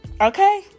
okay